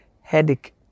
headache